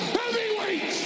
heavyweight